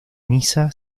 misa